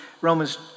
Romans